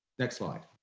next slide.